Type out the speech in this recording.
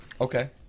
Okay